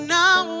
now